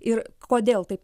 ir kodėl taip